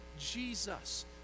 Jesus